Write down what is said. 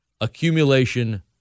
Accumulation